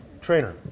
trainer